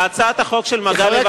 להצעת החוק של מגלי והבה,